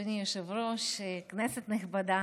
אדוני היושב-ראש, כנסת נכבדה.